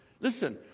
Listen